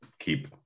keep